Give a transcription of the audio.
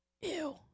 Ew